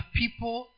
people